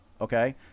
okay